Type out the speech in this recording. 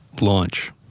Launch